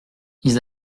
ils